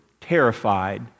terrified